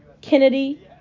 kennedy